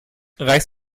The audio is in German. reichst